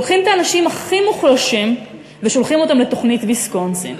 לוקחים את האנשים הכי מוחלשים ושולחים אותם לתוכנית ויסקונסין.